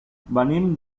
venim